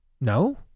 No